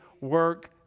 work